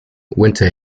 winter